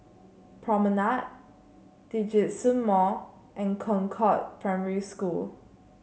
Promenade Djitsun Mall and Concord Primary School